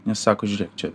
nes sako žiūrėk čia